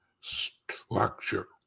structure